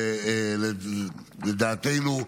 לדעתנו,